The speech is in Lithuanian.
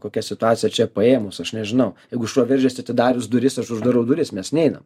kokia situacija čia paėmus aš nežinau jeigu šuo veržiasi atidarius duris aš uždarau duris mes neinam